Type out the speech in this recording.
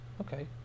Okay